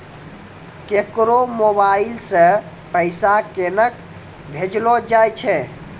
केकरो मोबाइल सऽ पैसा केनक भेजलो जाय छै?